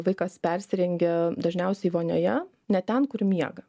vaikas persirengia dažniausiai vonioje ne ten kur miega